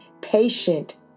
patient